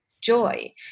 joy